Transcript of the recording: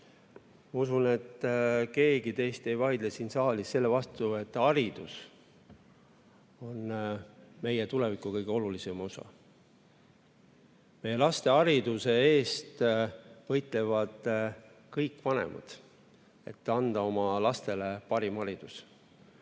Usun, et keegi teist ei vaidle siin saalis sellele vastu, et haridus on meie tuleviku kõige olulisem osa. Laste hariduse eest võitlevad kõik vanemad, selleks et anda oma lastele parim haridus.